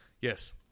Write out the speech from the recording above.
Yes